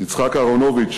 יצחק אהרונוביץ,